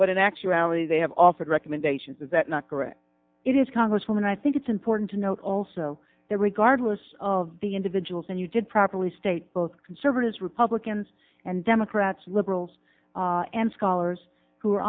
but in actuality they have offered recommendations is that not correct it is congresswoman i think it's important to note also that regardless of the individuals and you did properly state both conservatives republicans and democrats liberals and scholars who were